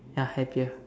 ya happier